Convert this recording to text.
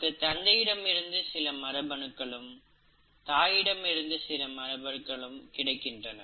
நமக்கு தந்தையிடமிருந்து சில மரபணுக்களும் தாயிடமிருந்து சில மரபணுக்களும் கிடைக்கின்றன